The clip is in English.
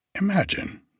Imagine